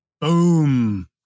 Boom